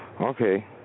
okay